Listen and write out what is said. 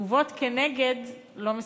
ותגובות כנגד לא מספקות?